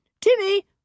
Timmy